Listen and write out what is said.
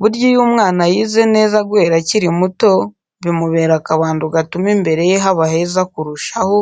Burya iyo umwana yize neza guhera akiri muto bimubera akabando gatuma imbere ye haba heza kurushaho,